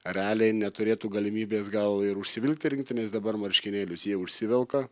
ereliai neturėtų galimybės gal ir užsivilkti rinktinės dabar marškinėlius jie užsivelka